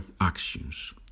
actions